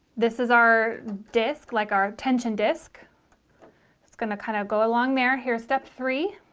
this is our disc like our tension disc it's gonna kind of go along there here step three